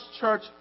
church